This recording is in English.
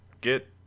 get